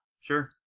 Sure